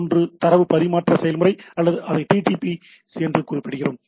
ஒன்று தரவு பரிமாற்ற செயல்முறை அல்லது அதை டிடிபி என்று குறிப்பிடுவோம்